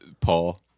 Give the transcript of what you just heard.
Paul